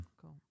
Cool